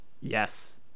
Yes